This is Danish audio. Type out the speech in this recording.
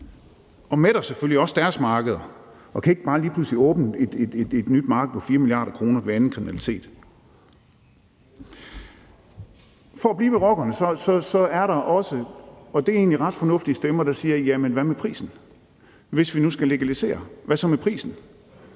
og mætter selvfølgelig også deres markeder og kan ikke bare lige pludselig åbne et nyt marked på 4 mia. kr. ved anden kriminalitet. For at blive ved rockerne vil jeg sige, at der også er stemmer – og det er egentlig ret fornuftige stemmer – der siger: Jamen hvad med prisen? Hvis vi nu skal legalisere, hvad så med prisen?